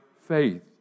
faith